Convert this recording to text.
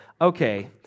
Okay